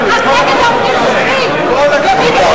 את נגד העובדים, רבותי,